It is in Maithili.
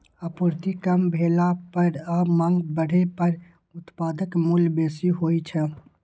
आपूर्ति कम भेला पर आ मांग बढ़ै पर उत्पादक मूल्य बेसी होइ छै